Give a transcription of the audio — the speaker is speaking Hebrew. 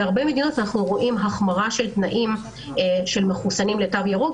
בהרבה מדינות אנחנו רואים החמרה של תנאים של מחוסנים לתו ירוק,